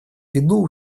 виду